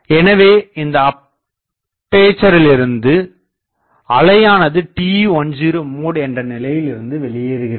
எனவே இந்த அப்பேசரிலிருந்து அலையானது TE10 mode என்ற நிலையிலிருந்து வெளியேறுகிறது